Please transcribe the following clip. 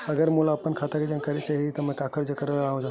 अगर मोला अपन खाता के जानकारी चाही रहि त मैं काखर करा जाहु?